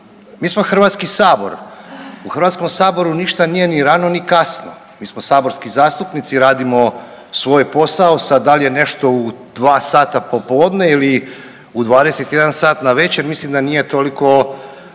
bih da nema, mi smo HS u HS ništa nije ni rano ni kasno, mi smo saborski zastupnici radimo svoj posao. Sad da li je nešto u dva sata popodne ili u 21 sat na večer mislim da nije toliko